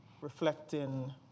reflecting